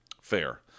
Fair